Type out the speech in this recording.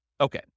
Okay